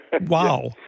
Wow